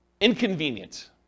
inconvenient